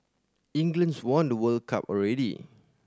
England's won the World Cup already